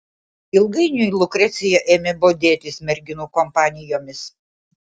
ilgainiui lukrecija ėmė bodėtis merginų kompanijomis